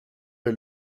est